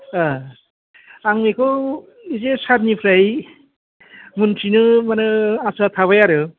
ओ आं बेखौ इसे सारनिफ्राय मोन्थिनो मोननो आसा थाबाय आरो